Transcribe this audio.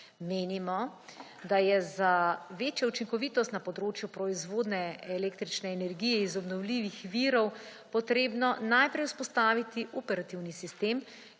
Menimo, da je za večjo učinkovitost na področju proizvodnje električne energije iz obnovljivih virov potrebno najprej vzpostaviti operativni sistem,